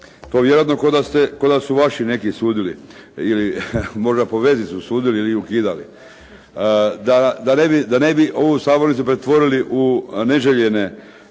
To vjerojatno ko da su vaši neki sudili ili možda po vezi su sudili ili ukidali. Da ne bi ovu sabornicu pretvorili u neželjene